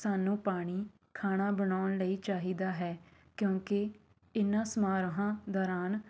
ਸਾਨੂੰ ਪਾਣੀ ਖਾਣਾ ਬਣਾਉਣ ਲਈ ਚਾਹੀਦਾ ਹੈ ਕਿਉਂਕਿ ਇਹਨਾਂ ਸਮਾਰੋਹਾਂ ਦੌਰਾਨ